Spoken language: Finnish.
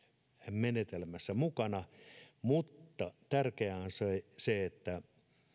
menetelmässä mukana tärkeää on se että